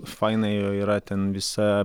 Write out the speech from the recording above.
faina ir yra ten visa